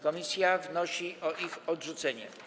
Komisja wnosi o ich odrzucenie.